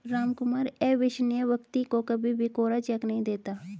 रामकुमार अविश्वसनीय व्यक्ति को कभी भी कोरा चेक नहीं देता